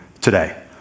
today